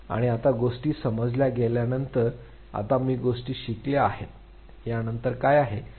आणि आता गोष्टी समजल्या गेल्यानंतर आता मी गोष्टी शिकल्या आहेत या नंतर काय आहे